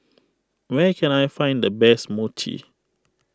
where can I find the best Mochi